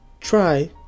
try